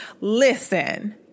Listen